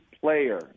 player